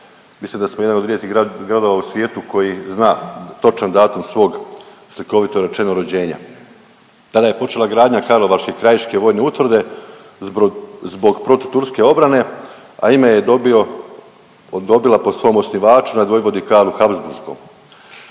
mislim da smo jedan od rijetkih gradova u svijetu koji zna točan datum svom slikovito rečeno rođenja. Tada je počela gradnja karlovačke krajiške vojne utvrde zbog protuturske obrane, a ime je dobio, dobila po svom osnivaču nadvojvodi Karlu Habsburškom.